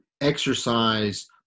exercise